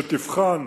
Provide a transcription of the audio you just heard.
שתבחן